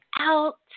out